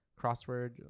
crossword